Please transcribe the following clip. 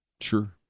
sure